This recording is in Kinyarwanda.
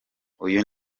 uyu